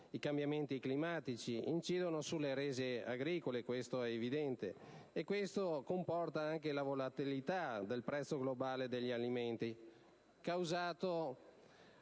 i cambiamenti climatici, che incidono sulle rese agricole - è evidente - e comportano la volatilità del prezzo globale degli alimenti, causato